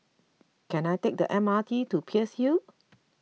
Can I take the M R T to Peirce Hill